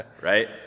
right